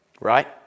Right